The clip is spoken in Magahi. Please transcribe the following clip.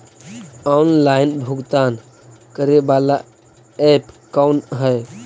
ऑनलाइन भुगतान करे बाला ऐप कौन है?